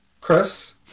Chris